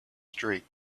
streak